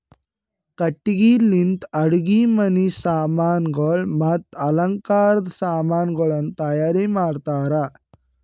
ಕಟ್ಟಿಗಿ ಲಿಂತ್ ಅಡುಗಿ ಮನಿ ಸಾಮಾನಗೊಳ್ ಮತ್ತ ಅಲಂಕಾರದ್ ಸಾಮಾನಗೊಳನು ತೈಯಾರ್ ಮಾಡ್ತಾರ್